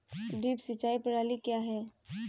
Drip सिंचाई प्रणाली क्या है?